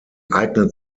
eignet